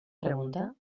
pregunta